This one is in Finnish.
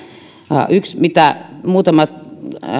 yksi mitä muutama